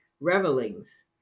revelings